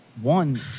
one